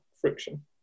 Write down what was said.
friction